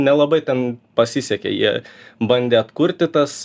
nelabai ten pasisekė jie bandė atkurti tas